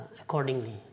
accordingly